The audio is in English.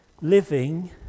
living